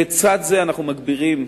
בצד זה אנחנו מגבירים,